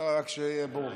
רק שיהיה ברור.